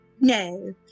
No